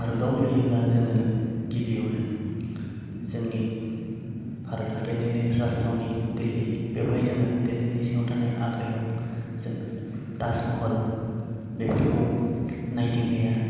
भारतआव फैयोब्ला जोङो गिबियावनो जोंनि भारत हादरनिनो राजथावनि दिल्ली बेवहाय जोङो दिल्लीनि सिङाव थानाय आग्रायाव जों ताजमहल बेफोरखौ नायदिंनाया